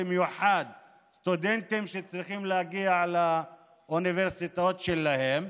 במיוחד סטודנטים שצריכים להגיע לאוניברסיטאות שלהם,